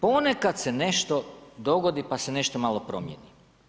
Ponekad se nešto dogodi pa se nešto malo promijeni.